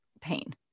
pain